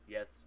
Yes